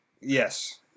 yes